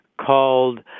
called